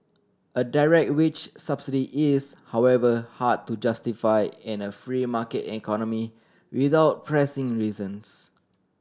a direct wage subsidy is however hard to justify in a free market economy without pressing reasons